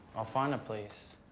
i'll find a place.